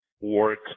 work